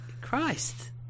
Christ